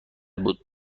بود